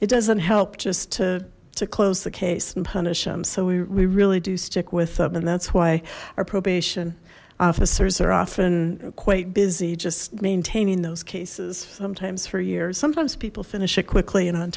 it doesn't help just to to close the case and punish them so we really do stick with them and that's why our probation officers are often quite busy just maintaining those cases sometimes for years sometimes people finish it quickly and on